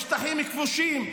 בשטחים כבושים,